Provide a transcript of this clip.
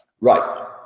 Right